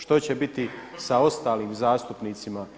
Što će biti sa ostalim zastupnicima.